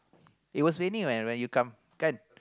it was raining right when you come but